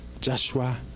Joshua